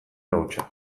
hautsa